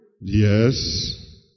Yes